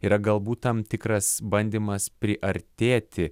yra galbūt tam tikras bandymas priartėti